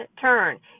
turn